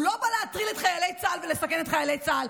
הוא לא בא להטריל את חיילי צה"ל ולסכן את חיילי צה"ל.